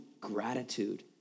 gratitude